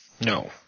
No